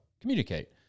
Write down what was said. communicate